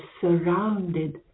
surrounded